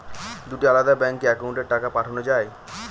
দুটি আলাদা ব্যাংকে অ্যাকাউন্টের টাকা পাঠানো য়ায়?